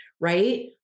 right